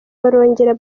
barongera